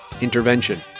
intervention